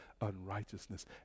unrighteousness